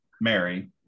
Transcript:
Mary